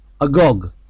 Agog